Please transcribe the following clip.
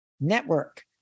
network